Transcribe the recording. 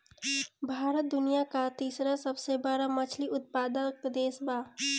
भारत दुनिया का तीसरा सबसे बड़ा मछली उत्पादक देश बा